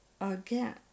again